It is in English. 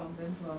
makes them